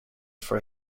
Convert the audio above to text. for